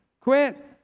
Quit